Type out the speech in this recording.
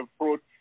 approach